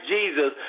Jesus